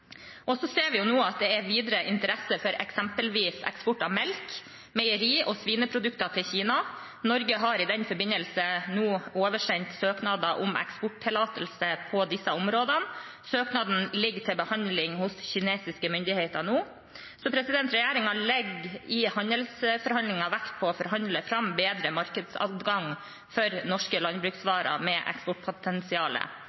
Vi ser at det videre er interesse for eksempelvis eksport av melk samt meieri- og svineprodukter til Kina. Norge har i den forbindelse oversendt søknad om eksporttillatelse på disse områdene. Søknaden ligger nå til behandling hos kinesiske myndigheter. Regjeringen legger altså i handelsforhandlinger vekt på å forhandle fram bedre markedsadgang for norske